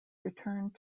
returned